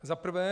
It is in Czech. Za prvé.